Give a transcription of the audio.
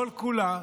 כל-כולה,